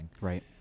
right